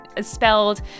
spelled